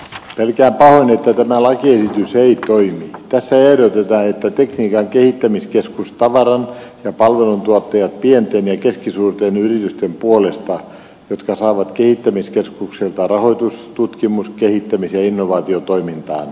telkkä on liitettävä laite ei kai tässä ehdotetaan että tekniikan kehittämiskeskus voi kilpailuttaa tavaran ja palveluntuottajat niiden pienten ja keskisuurten yritysten puolesta jotka saavat kehittämiskeskukselta rahoitusta tutkimus kehittämis tai innovaatiotoimintaan